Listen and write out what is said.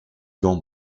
gants